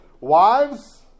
wives